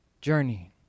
journey